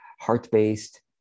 heart-based